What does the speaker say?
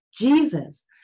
Jesus